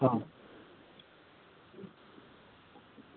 હ